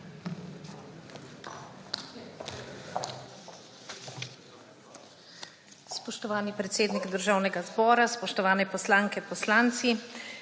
Spoštovani predsednik Državnega zbora, spoštovani poslanke, poslanci!